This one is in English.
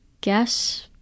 guess